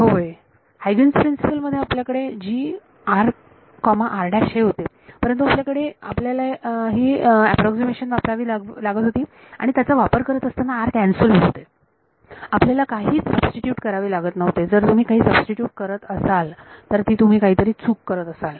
होय हायगंन्स प्रिन्सिपलHuygen's Principle मध्ये आपल्याकडे हे होते परंतु आपल्यालाही अॅप्रॉक्सीमेशन वापरावी लागत होती आणि त्याचा वापर करत असताना r कॅन्सल होत होते आपल्याला काहीच सबस्टिट्यूट करावे लागत नव्हते जर तुम्ही काही सबस्टिट्यूट करत असाल तर तुम्ही काहीतरी चूक करत असाल